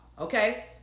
Okay